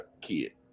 kid